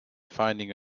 finding